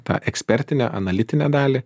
tą ekspertinę analitinę dalį